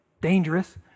Dangerous